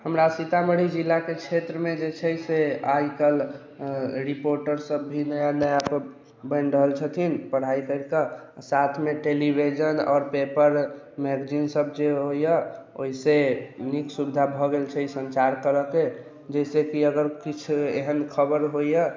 हमरा सीतामढ़ी जिलामे क्षेत्रमे जे छै से आज कल रिपोर्टरसभ भी नया नयापर बनि रहल छथिन पढ़ाइ करिके साथमे टेलीविजन आओर पेपर मैगजीनसभ जे होइए ओहिसँ नीक सुविधा भऽ गेल छै सञ्चार करयके जाहिसँ कि अगर किछु एहन खबर होइए